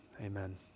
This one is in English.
amen